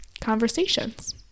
conversations